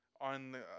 On